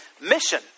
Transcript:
Mission